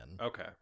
Okay